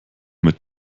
mit